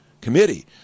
committee